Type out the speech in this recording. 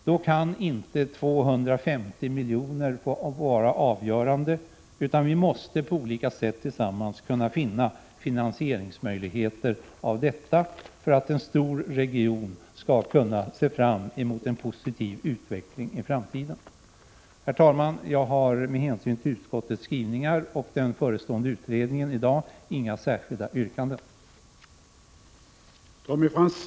Då kan inte 250 milj.kr. få vara avgörande, utan vi måste på olika sätt tillsammans kunna finna finansieringsmöjligheter för detta, så att en stor region skall kunna se fram emot en positiv utveckling i framtiden. Herr talman! Jag har med hänsyn till utskottets skrivningar och den förestående utredningen inga särskilda yrkanden i dag.